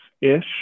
ish